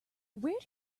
where